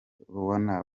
ubona